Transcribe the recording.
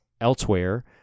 elsewhere